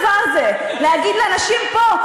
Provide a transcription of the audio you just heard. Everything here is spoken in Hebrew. להגיד לאנשים פה,